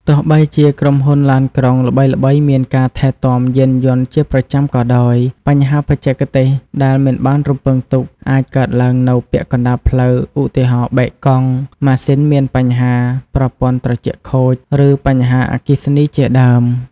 ទោះបីជាក្រុមហ៊ុនឡានក្រុងល្បីៗមានការថែទាំយានយន្តជាប្រចាំក៏ដោយ បញ្ហាបច្ចេកទេសដែលមិនបានរំពឹងទុក អាចកើតឡើងនៅពាក់កណ្តាលផ្លូវឧទាហរណ៍ បែកកង់ ម៉ាស៊ីនមានបញ្ហា ប្រព័ន្ធត្រជាក់ខូច ឬបញ្ហាអគ្គិសនីជាដើម។